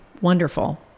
wonderful